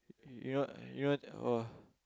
you know you know !wah!